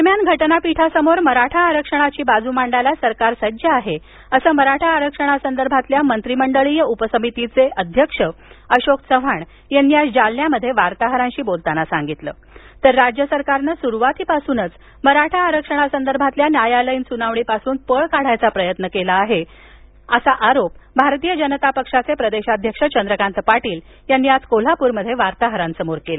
दरम्यान घटनापीठासमोर मराठा आरक्षणाची बाजू मांडायला सरकार सज्ज आहे असं मराठा आरक्षणासंदर्भातल्या मंत्रीमंडळीय उपसमितीचे अध्यक्ष अशोक चव्हाण यांनी आज जालन्यात वार्ताहरांशी बोलताना सांगितल तर राज्य सरकारनं सुरुवातीपासूनच मराठा आरक्षणासंदर्भातल्या न्यायालयीन सुनावणीपासून पळ काढायचा प्रयत्न केला आहे असा आरोप भारतीय जनता पक्षाचे प्रदेशाध्यक्ष चंद्रकांत पाटील यांनी आज कोल्हापुरात वार्ताहरांशी बोलताना केला